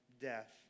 death